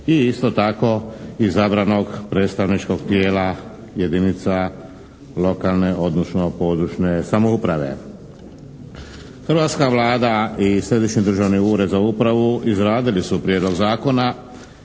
i isto tako izabranog predstavničkog tijela jedinica lokalne, odnosno područne samouprave. Hrvatska Vlada i Središnji državni Ured za upravu izradili su Prijedlog zakona,